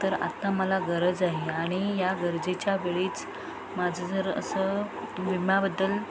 तर आत्ता मला गरज आहे आणि या गरजेच्या वेळीच माझं जर असं विम्याबद्दल